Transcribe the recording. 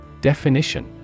Definition